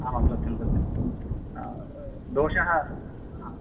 आमां सत्यं सत्यं दोषः हा